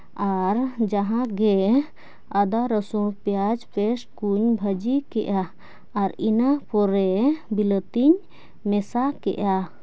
ᱟᱨ ᱡᱟᱦᱟᱸ ᱜᱮ ᱟᱫᱟ ᱨᱟᱹᱥᱩᱱ ᱯᱮᱸᱭᱟᱡᱽ ᱯᱮᱥᱴ ᱠᱚᱧ ᱵᱷᱟᱹᱡᱤ ᱠᱮᱜᱼᱟ ᱟᱨ ᱤᱱᱟᱹ ᱯᱚᱨᱮ ᱵᱤᱞᱟᱹᱛᱤᱧ ᱢᱮᱥᱟ ᱠᱮᱜᱼᱟ